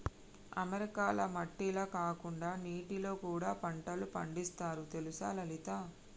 అమెరికాల మట్టిల కాకుండా నీటిలో కూడా పంటలు పండిస్తారు తెలుసా లలిత